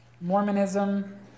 Mormonism